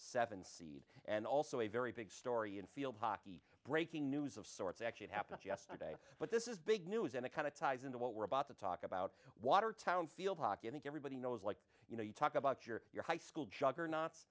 seven seed and also a very big story in field hockey breaking news of sorts actually happened yesterday but this is big news and it kind of ties into what we're about to talk about watertown field hockey i think everybody knows like you know you talk about your your high school jug